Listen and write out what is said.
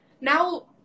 now